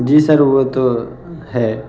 جی sir وہ تو ہے